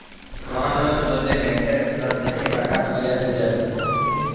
রজ রজ যদি ব্যাংকের খাতা থ্যাইকে টাকা ত্যুইলতে চায়